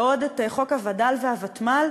ועוד את חוק הווד"ל והוותמ"ל,